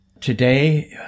today